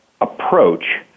approach